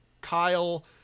Kyle